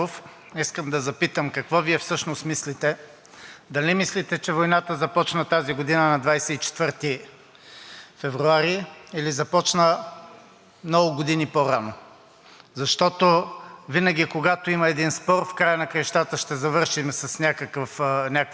или започна много години по-рано? Защото винаги, когато има един спор, в края на краищата ще завърши с някакво разбирателство. Тогава ще останем ние единствено виновни и развалили своите отношения.